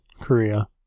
Korea